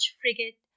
frigate